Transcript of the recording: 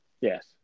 Yes